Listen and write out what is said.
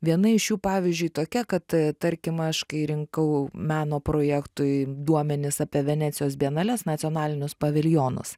viena iš jų pavyzdžiui tokia kad tarkim aš kai rinkau meno projektui duomenis apie venecijos bienales nacionalinius paviljonus